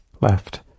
left